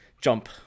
jump